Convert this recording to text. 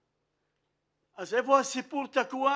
אז איפה הסיפור תקוע?